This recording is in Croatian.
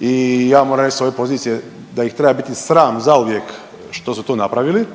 i ja moram reć s ove pozicije da ih treba biti sram zauvijek što su to napravili.